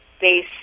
base